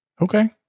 Okay